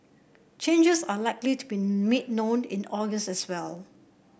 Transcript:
changes are likely to be made known in August as well